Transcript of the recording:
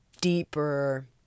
deeper